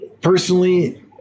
personally